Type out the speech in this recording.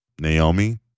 Naomi